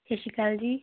ਸਤਿ ਸ਼੍ਰੀ ਅਕਾਲ ਜੀ